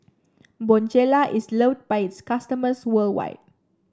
Bonjela is loved by its customers worldwide